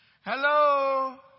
Hello